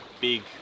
big